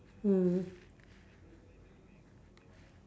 mm